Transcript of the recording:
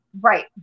Right